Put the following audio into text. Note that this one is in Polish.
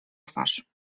twarz